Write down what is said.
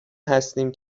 هستیم